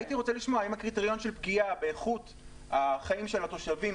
הייתי רוצה לשמוע האם הקריטריון של פגיעה באיכות החיים של התושבים